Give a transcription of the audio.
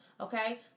okay